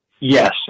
Yes